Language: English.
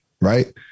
right